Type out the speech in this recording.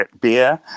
Beer